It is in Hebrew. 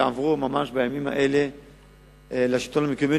יעברו ממש בימים אלה לשלטון המקומי,